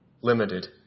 limited